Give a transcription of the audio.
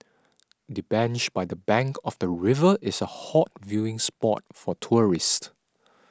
the bench by the bank of the river is a hot viewing spot for tourists